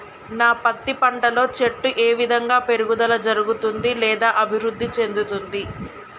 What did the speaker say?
నా పత్తి పంట లో చెట్టు ఏ విధంగా పెరుగుదల జరుగుతుంది లేదా అభివృద్ధి చెందుతుంది?